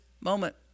moment